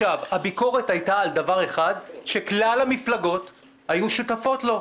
הביקורת הייתה על דבר אחד שכלל המפלגות היו שותפות לו,